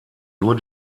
nur